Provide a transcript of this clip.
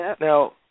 Now